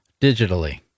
digitally